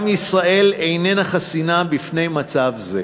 גם ישראל איננה חסינה מפני מצב זה.